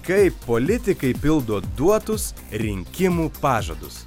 kaip politikai pildo duotus rinkimų pažadus